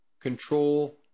control